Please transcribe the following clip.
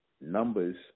numbers